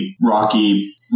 rocky